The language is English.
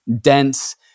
dense